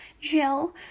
Gel